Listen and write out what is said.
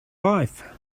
life